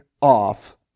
off